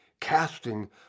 casting